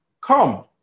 Come